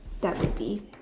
that would be